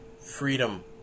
freedom